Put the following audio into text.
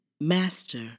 Master